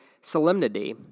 solemnity